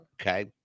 Okay